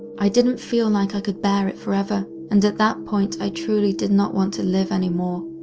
i didn't feel like i could bear it forever, and at that point i truly did not want to live anymore.